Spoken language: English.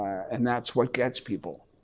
and that's what gets people.